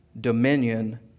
dominion